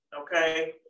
Okay